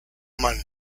mann